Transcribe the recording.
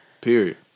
period